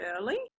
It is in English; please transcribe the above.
early